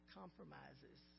compromises